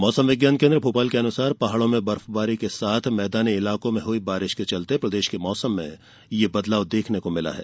मौसम विज्ञान केन्द्र भोपाल के अनुसार पहाड़ों में बर्फबारी के साथ मैदानी इलाकों में हुई बारिश के चलते प्रदेश के मौसम में यह बदलाव देखने को मिला है